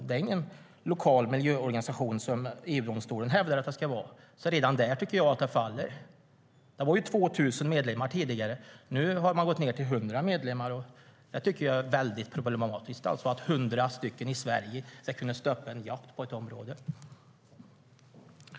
Det är inga lokala miljöorganisationer, som EU-domstolen hävdar att det ska vara, så redan där tycker jag att det faller. Gränsen var tidigare 2 000 medlemmar, men nu har man gått ned till 100 medlemmar. Jag tycker att det är väldigt problematiskt att 100 människor i Sverige ska kunna stoppa en jakt på ett område.